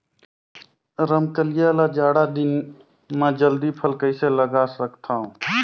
रमकलिया ल जाड़ा दिन म जल्दी फल कइसे लगा सकथव?